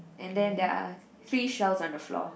and there're three shells on the floor